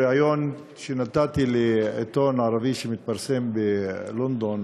בריאיון שנתתי לעיתון ערבי שמתפרסם בלונדון